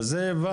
את זה הבנו,